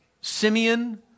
Simeon